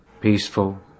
peaceful